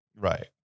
Right